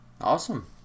awesome